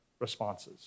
responses